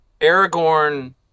Aragorn